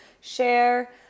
share